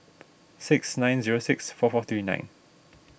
six nine zero six four four three nine